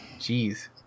Jeez